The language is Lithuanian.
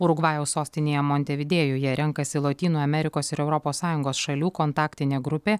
urugvajaus sostinėje montevidėjuje renkasi lotynų amerikos ir europos sąjungos šalių kontaktinė grupė